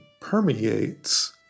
Permeates